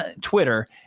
Twitter